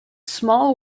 small